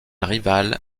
rival